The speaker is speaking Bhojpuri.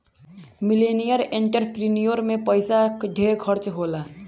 मिलेनियल एंटरप्रिन्योर में पइसा ढेर खर्चा होला